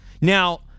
Now